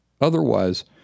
Otherwise